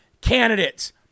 candidates